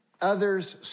others